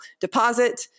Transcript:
deposit